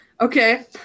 Okay